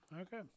Okay